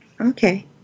Okay